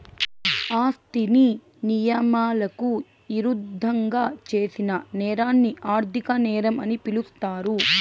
ఆస్తిని నియమాలకు ఇరుద్దంగా చేసిన నేరాన్ని ఆర్థిక నేరం అని పిలుస్తారు